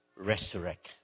resurrect